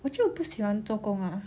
我就不喜欢做工 ah